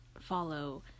follow